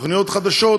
תוכניות חדשות,